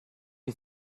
you